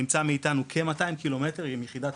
טראומה טובה שנמצא כ-200 קילומטר מאיתנו.